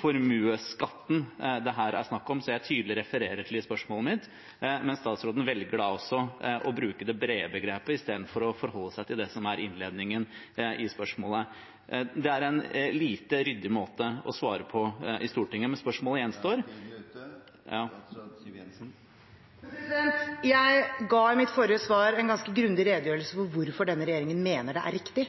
formuesskatten det her er snakk om, som jeg tydelig refererer til i spørsmålet mitt. Men statsråden velger å bruke det brede begrepet istedenfor å forholde seg til det som er innledningen i spørsmålet. Det er en lite ryddig måte å svare på i Stortinget. Men spørsmålet gjenstår. Taletiden er ute. Jeg ga i mitt forrige svar en ganske grundig redegjørelse for hvorfor denne regjeringen mener det er riktig